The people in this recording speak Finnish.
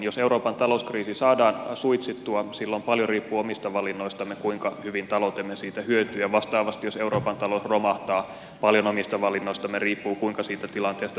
jos euroopan talouskriisi saadaan suitsittua silloin paljon riippuu omista valinnoistamme kuinka hyvin taloutemme siitä hyötyy ja vastaavasti jos euroopan talous romahtaa paljon omista valinnoistamme riippuu kuinka siitä tilanteesta selviämme